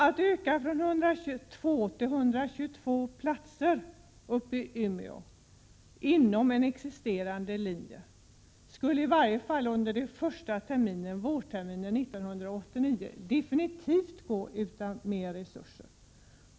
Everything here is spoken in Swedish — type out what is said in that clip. Att öka antalet platser i Umeå från 102 till 122 inom en existerande linje skulle i varje fall under den första terminen, vårterminen 1989, definitivt vara möjligt utan mer resurser.